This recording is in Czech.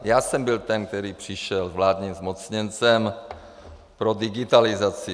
Já jsem byl ten, který přišel s vládním zmocněncem pro digitalizaci.